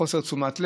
לחוסר תשומת לב.